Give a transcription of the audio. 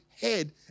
head